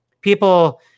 people